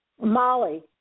Molly